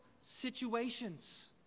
situations